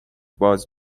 باز